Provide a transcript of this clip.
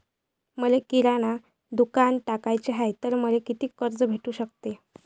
मले किराणा दुकानात टाकाचे हाय तर मले कितीक कर्ज भेटू सकते?